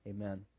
Amen